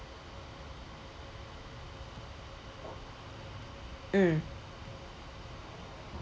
mm